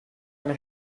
eine